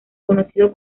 conocido